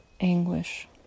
anguish